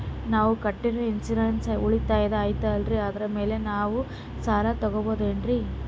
ನಾವು ಕಟ್ಟಿರೋ ಇನ್ಸೂರೆನ್ಸ್ ಉಳಿತಾಯ ಐತಾಲ್ರಿ ಅದರ ಮೇಲೆ ನಾವು ಸಾಲ ತಗೋಬಹುದೇನ್ರಿ?